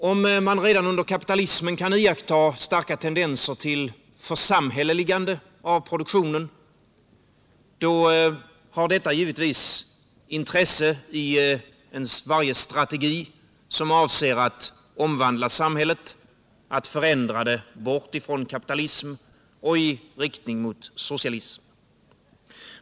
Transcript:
Om man redan under kapitalismen kan iaktta starka tendenser till församhälleligande av produktionen, då har detta givetvis intresse i varje strategi som avser att omvandla samhället, att förändra det bort ifrån kapitalism och i riktning mot socialism.